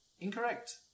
Incorrect